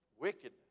Wickedness